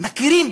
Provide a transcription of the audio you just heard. מכירים,